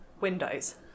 Windows